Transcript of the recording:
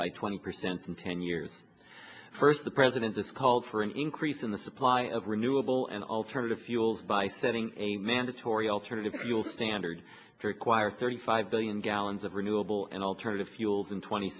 by twenty percent in ten years first the president has called for an increase in the supply of renewable and alternative fuels by setting a mandatory alternative fuel standard to require thirty five billion gallons of renewable and alternative fuels in tw